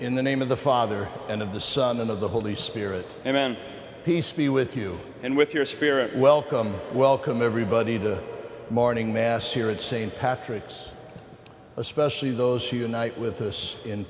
in the name of the father and of the son and of the holy spirit and then peacefully with you and with your spirit welcome welcome everybody to morning mass here at st patrick's especially those who unite with us in